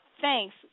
thanks